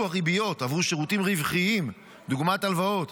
הריביות עבור שירותים רווחיים דוגמת הלוואות,